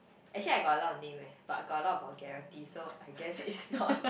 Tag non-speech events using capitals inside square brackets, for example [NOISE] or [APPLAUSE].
actually I got a lot of name eh but got a lot of vulgarities so I guess it's not [LAUGHS]